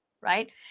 right